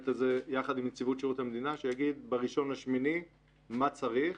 הזה יחד עם נציבות שירות המדינה יגיד ב-1 באוגוסט מה צריך.